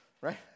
right